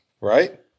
right